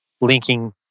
linking